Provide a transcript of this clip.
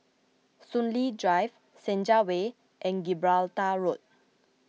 Soon Lee Drive Senja Way and Gibraltar Road